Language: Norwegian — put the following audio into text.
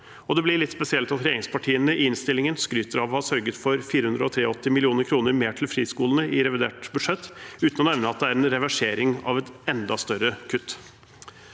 Og det blir litt spesielt at regjeringspartiene i innstillingen skryter av å ha sørget for 483 mill. kr mer til friskolene i revidert budsjett, uten å nevne at det er en reversering av et enda større kutt.